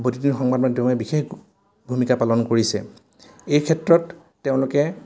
বৈদ্যুতিন সংবাদ মাধ্যমে বিশেষ ভূমিকা পালন কৰিছে এইক্ষেত্ৰত তেওঁলোকে